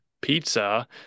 pizza